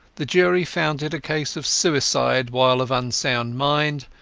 the jury found it a case of suicide while of unsound mind,